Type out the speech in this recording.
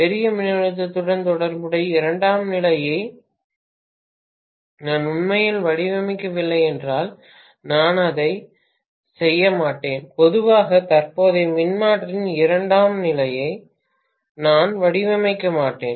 பெரிய மின்னழுத்தத்துடன் தொடர்புடைய இரண்டாம் நிலையை நான் உண்மையில் வடிவமைக்கவில்லை என்றால் நான் அதை செய்ய மாட்டேன் பொதுவாக தற்போதைய மின்மாற்றியின் இரண்டாம் நிலையை நான் வடிவமைக்க மாட்டேன்